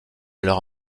leur